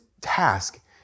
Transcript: task